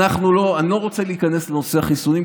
אני לא רוצה להיכנס לנושא החיסונים,